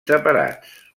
separats